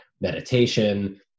meditation